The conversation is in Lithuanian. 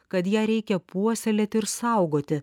kad ją reikia puoselėti ir saugoti